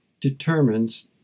determines